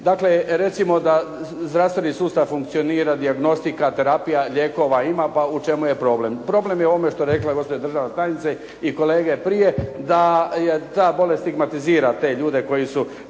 Dakle recimo da zdravstveni sustav funkcionira, dijagnostika, terapija, lijekova ima, pa u čemu je problem. Problem je u ovome što je rekla gospođa državna tajnica i kolege prije, da ta bolest stigmatizira te ljude koji su